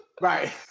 Right